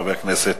חבר הכנסת